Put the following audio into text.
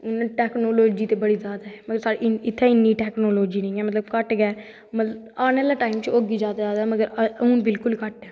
technology ते बड़ी जादा ऐ मगर इत्थें इन्नी टौकनॉलजी नेंई ऐ मतलव घट्ट गै ऐ ईनें आह्लै टैंम होगा घट्ट मतलव हून बड़ी घट्ट ऐ